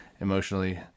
emotionally